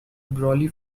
brolly